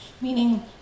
meaning